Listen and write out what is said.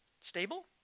stable